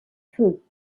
feux